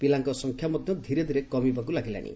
ପିଲାଙ୍କ ସଂଖ୍ୟା ମଧ ଧୀରେ ଧୀରେ କମିବାକୁ ଲାଗିଲାଶି